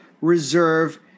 Reserve